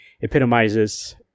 epitomizes